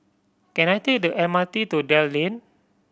can I take the M R T to Dell Lane